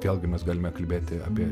vėlgi mes galime kalbėti apie